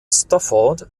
stafford